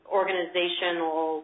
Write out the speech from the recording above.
organizational